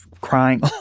crying